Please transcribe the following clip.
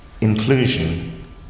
Inclusion